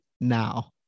now